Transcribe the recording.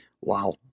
wow